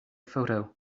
photo